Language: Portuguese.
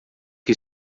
que